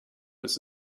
his